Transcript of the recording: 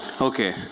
Okay